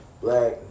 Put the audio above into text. black